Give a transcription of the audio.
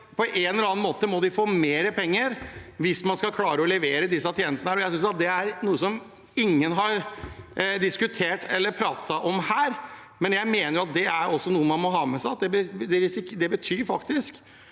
på en eller annen måte må få mer penger hvis de skal klare å levere disse tjenestene. Dette er noe som ingen har diskutert eller pratet om her, men jeg mener at det er noe man må ha med seg, for det betyr faktisk